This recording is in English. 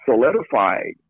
solidified